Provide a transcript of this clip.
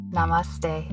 Namaste